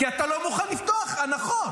כי אתה לא מוכן לפתוח הנחות.